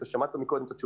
אני פשוט לא מכיר.